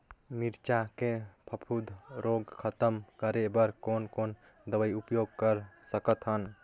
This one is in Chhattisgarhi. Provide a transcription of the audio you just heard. मिरचा के फफूंद रोग खतम करे बर कौन कौन दवई उपयोग कर सकत हन?